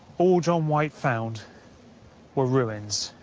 all john white found were ruins.